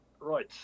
Right